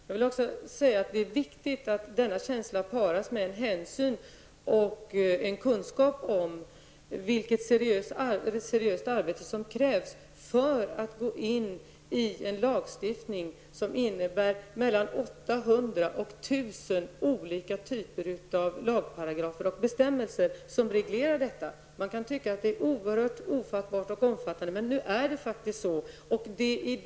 Jag vill också säga att det är viktigt att denna känsla paras med hänsyn till och kunskap om vilket seriöst arbete som krävs för att man skall kunna gå in i lagstiftningen och göra förändringar. Mellan 800 och 1 000 olika typer av lagparagrafer och bestämmelser reglerar detta område. Man kan tycka att det är ofattbart, men det är faktiskt så.